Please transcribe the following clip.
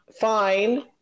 Fine